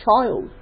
child